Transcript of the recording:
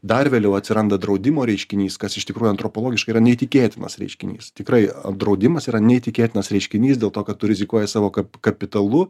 dar vėliau atsiranda draudimo reiškinys kas iš tikrųjų antropologiškai yra neįtikėtinas reiškinys tikrai draudimas yra neįtikėtinas reiškinys dėl to kad tu rizikuoji savo kapitalu